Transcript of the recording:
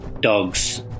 dogs